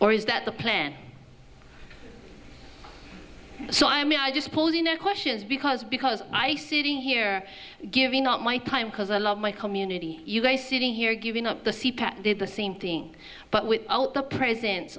or is that the plan so i mean i just pull the no questions because because i sitting here giving up my time because i love my community you guys sitting here giving up the did the same thing but without the presence